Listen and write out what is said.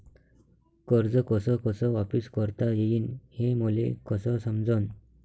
कर्ज कस कस वापिस करता येईन, हे मले कस समजनं?